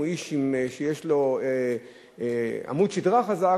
הוא איש שיש לו עמוד שדרה חזק,